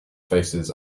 faces